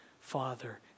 Father